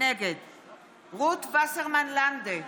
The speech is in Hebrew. נגד רות וסרמן לנדה,